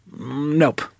Nope